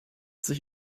sich